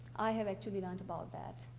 i have actually learned about that.